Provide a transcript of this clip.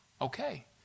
okay